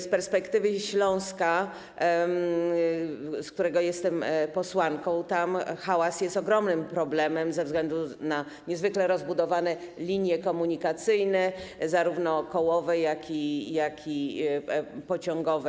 Z perspektywy Śląska, z którego jestem posłanką, hałas jest ogromnym problemem ze względu na niezwykle rozbudowane linie komunikacyjne, zarówno kołowe, jak i pociągowe.